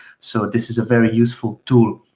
so this is a very useful tool.